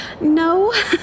no